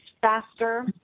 faster